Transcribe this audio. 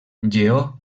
lleó